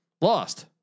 lost